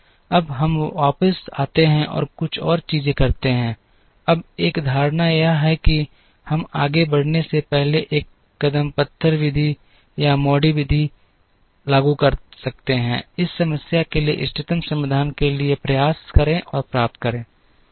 अब हम वापस आते हैं और कुछ और चीजें करते हैं अब एक धारणा है कि हम आगे बढ़ने से पहले एक कदम पत्थर विधि या MODI विधि लागू कर सकते हैं इस समस्या के लिए इष्टतम समाधान के लिए प्रयास करें और प्राप्त करें